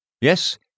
Yes